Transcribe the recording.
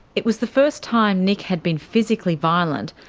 it was the first time nick had been physically violent,